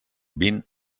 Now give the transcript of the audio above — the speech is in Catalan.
vint